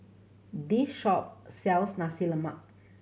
this shop sells Nasi Lemak